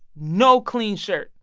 no clean shirt,